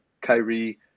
Kyrie